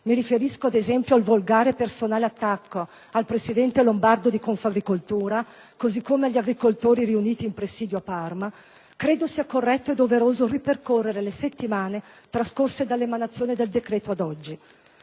(mi riferisco, ad esempio, al volgare e personale attacco al presidente lombardo di Confagricoltura, così come agli agricoltori riuniti in presidio a Parma), credo sia corretto e doveroso ripercorrere le settimane trascorse dall'emanazione del decreto ad oggi.